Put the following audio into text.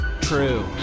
true